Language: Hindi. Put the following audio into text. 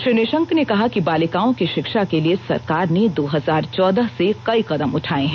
श्री निशंक ने कहा कि बालिकाओं की शिक्षा के लिए सरकार ने दो हजार चौदह से कई कदम उठाये हैं